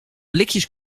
blikjes